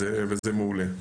וזה מעולה.